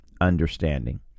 understanding